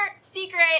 secret